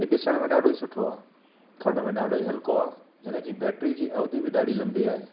हे ॾिसण में ॾाढो ई सुठो आहे खणण में ॾाढो ई हलको आ हिन जी बैट्री जी अवधि बि ॾाढी लंबी आहे